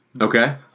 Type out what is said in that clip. Okay